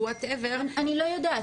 או WHAT EVER. אני לא יודעת.